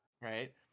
Right